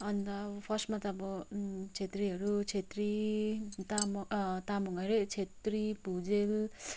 अन्त फर्स्टमा त अब छेत्रीहरू छेत्री तामाङ तामाङ हरे छेत्री भुजेल